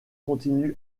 continue